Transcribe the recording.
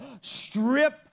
strip